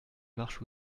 marche